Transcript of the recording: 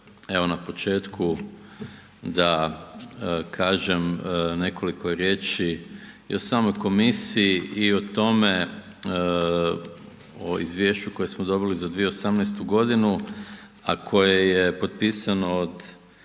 evo na početku da kažem nekoliko riječi i o samoj komisiji i o tome o izvješću koje smo dobili za 2018. godinu, a koje je potpisano od